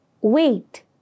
Wait